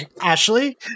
Ashley